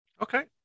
okay